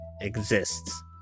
exists